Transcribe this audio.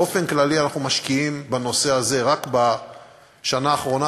באופן כללי אנחנו משקיעים בנושא הזה רק בשנה האחרונה,